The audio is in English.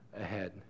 ahead